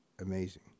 amazing